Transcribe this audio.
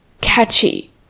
Catchy